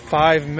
five